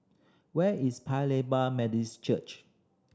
where is Paya Lebar Church